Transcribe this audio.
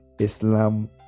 islam